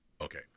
Okay